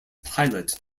pilot